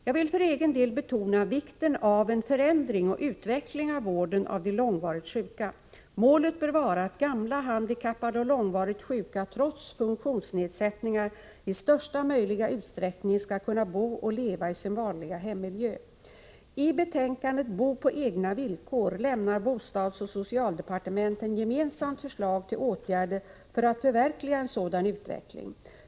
Jag vill för egen del betona vikten av en förändring och utveckling av vården av de långvarigt sjuka. Målet bör vara att gamla, handikappade och långvarigt sjuka, trots funktionsnedsättningar, i största möjliga utsträckning skall kunna bo och leva i sin vanliga hemmiljö. I betänkandet Bo på egna villkor lämnar bostadsoch socialdepartementen gemensamt förslag till åtgärder för att förverkliga en sådan utveckling.